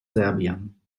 serbien